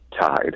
tied